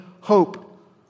hope